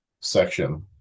section